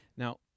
Now